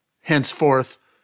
henceforth